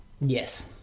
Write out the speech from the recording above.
Yes